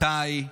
מתי,